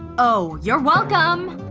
oh, you're welcome!